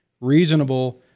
reasonable